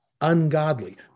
ungodly